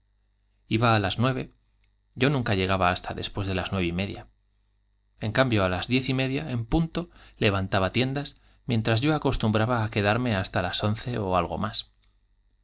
iba á las nueve yo nunca llegaba hasta después de las nueve y media en cambio á las diez y media en punto levantaba tiendas miéntras yo acostumbraba á quedarme hasta las once ó algo más